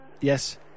yes